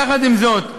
יחד עם זאת,